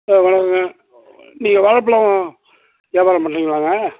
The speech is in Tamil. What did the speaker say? சார் வணக்கங்க நீங்கள் வாழைப்பலம் வியாபாரம் பண்ணுறீங்களாங்க